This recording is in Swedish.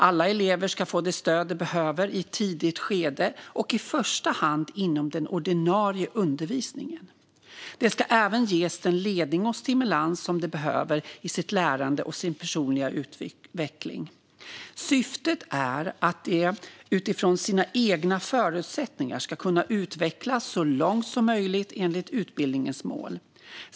Alla elever ska få det stöd de behöver i ett tidigt skede och i första hand inom den ordinarie undervisningen. De ska även ges den ledning och stimulans som de behöver i sitt lärande och sin personliga utveckling. Syftet är att de utifrån sina egna förutsättningar ska kunna utvecklas så långt som möjligt enligt utbildningens mål.